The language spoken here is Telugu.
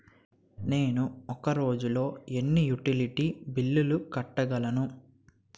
నేను ఒక రోజుల్లో ఎన్ని యుటిలిటీ బిల్లు కట్టగలను?